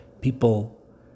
People